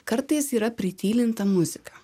kartais yra pritylinta muzika